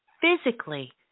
physically